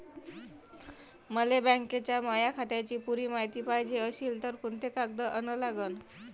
मले बँकेच्या माया खात्याची पुरी मायती पायजे अशील तर कुंते कागद अन लागन?